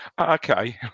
Okay